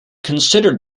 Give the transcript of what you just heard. considered